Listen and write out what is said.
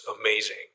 amazing